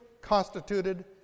constituted